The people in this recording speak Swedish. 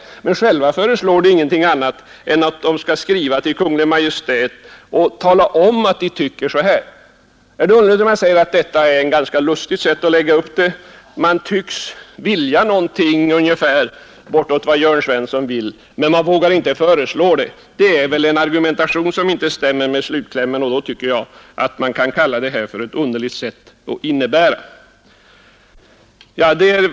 Men själva föreslår reservanterna ingenting annat än att riksdagen bör skriva till Kungl. Maj:t och tala om att man har denna uppfattning. Är det konstigt att jag säger att detta är en ganska underlig uppläggning? Man tycks vilja någonting liknande det som Jörn Svensson vill, men man vågar inte föreslå det. Argumenteringen stämmer inte med slutklämmen, och det måste väl betecknas som underligt.